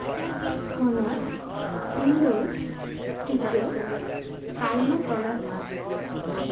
ᱦᱚᱱᱚᱛ ᱤᱱᱰᱳᱨ ᱴᱤᱠᱟᱹ ᱛᱟᱞᱢᱟ ᱛᱚᱞᱟᱥ ᱢᱮ